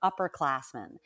upperclassmen